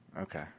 Okay